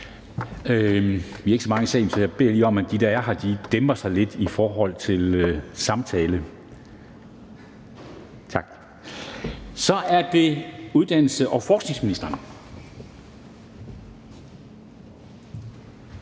Vi er ikke så mange i salen, så jeg beder lige om, at de, der er her, dæmper sig lidt i forhold til samtale. Tak. Så er det uddannelses- og forskningsministeren.